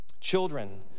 Children